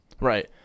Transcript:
Right